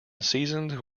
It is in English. seasoned